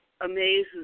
amazes